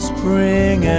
Spring